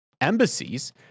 embassies